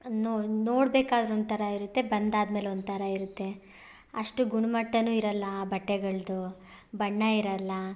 no ನೋಡ್ಬೇಕಾದ್ರೆ ಒಂಥರ ಇರುತ್ತೆ ಬಂದಾದ್ಮೇಲೆ ಒಂಥರ ಇರುತ್ತೆ ಅಷ್ಟು ಗುಣ್ಮಟ್ಟನು ಇರಲ್ಲ ಆ ಬಟ್ಟೆಗಳದ್ದು ಬಣ್ಣ ಇರಲ್ಲ